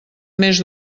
més